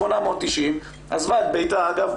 ב-1890 בתיה מקוב עזבה את ביתה אגב,